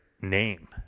name